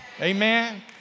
Amen